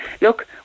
look